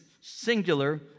singular